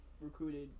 recruited